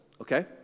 Okay